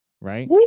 Right